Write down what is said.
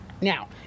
Now